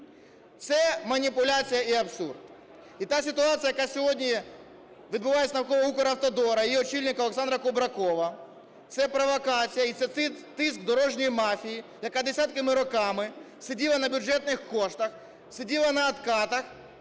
Це маніпуляція і абсурд. І та ситуація, яка сьогодні відбувається навколо Укравтодору і його очільника Олександра Кубракова, це провокація і це тиск дорожньої мафії, яка десятками років сиділа на бюджетних коштах, сиділа на откатах